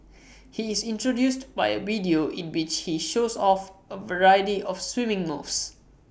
he is introduced by A video in which he shows off A variety of swimming moves